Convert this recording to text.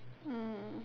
mm